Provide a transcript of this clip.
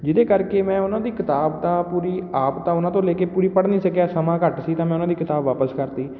ਜਿਹਦੇ ਕਰਕੇ ਮੈਂ ਉਹਨਾਂ ਦੀ ਕਿਤਾਬ ਤਾਂ ਪੂਰੀ ਆਪ ਤਾਂ ਉਹਨਾਂ ਤੋਂ ਲੈ ਕੇ ਪੂਰੀ ਪੜ੍ਹ ਨਹੀਂ ਸਕਿਆ ਸਮਾਂ ਘੱਟ ਸੀ ਤਾਂ ਮੈਂ ਉਹਨਾਂ ਦੀ ਕਿਤਾਬ ਵਾਪਸ ਕਰਤੀ